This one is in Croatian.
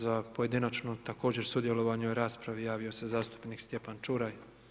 Za pojedinačno, također sudjelovanje u raspravi, javio se zastupnik Stjepan Čuraj.